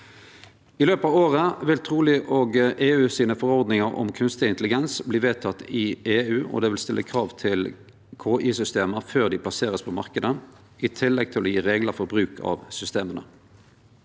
I løpet av året vil truleg òg EU sine forordningar om kunstig intelligens verte vedtekne i EU, og det stiller krav til KI-systema før dei vert plasserte på marknaden, i tillegg til å gje reglar for bruk av systema.